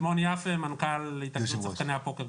שמעון יפה, מנכ"ל התאחדות שחקני הפוקר בישראל.